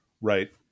Right